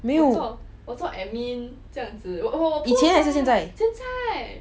没有以前还是现在